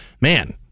Man